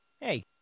hey